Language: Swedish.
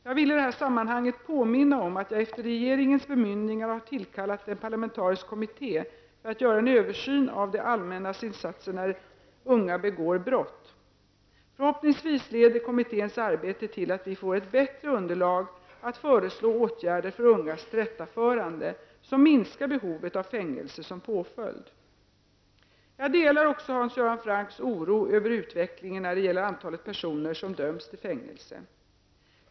Jag vill i detta sammanhang påminna om att jag efter regeringens bemyndigande har tillkallat en parlamentarisk kommitté för att göra en översyn av det allmännas insatser när unga begår brott . Förhoppningsvis leder kommitténs arbete till att vi får ett bättre underlag att föreslå åtgärder för ungas tillrättaförande som minskar behovet av fängelse som påföljd. Jag delar också Hans Göran Francks oro över utvecklingen när det gäller antalet personer som döms till fängelse.